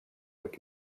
upp